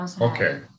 Okay